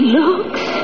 looks